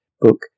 book